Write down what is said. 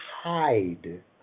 hide